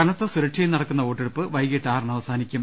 കനത്ത സുരക്ഷയിൽ നടക്കുന്ന വോട്ടെടുപ്പ് വൈകീട്ട് ആറിന് അവസാനിക്കും